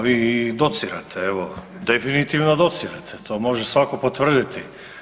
A vi docirate evo, definitivno docirate, to može svatko potvrditi.